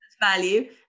value